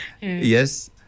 Yes